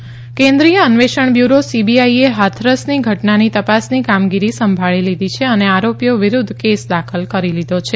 CBI Hathras કેન્દ્રીય અન્વેષણ bureau સીબીઆઇએ હાથરસ ઘટનાની તપાસની કામગીરી સંભાળી લીધી છે અને આરોપીઓ વિરુધ્ધ કેસ દાખલ કરી લીધો છે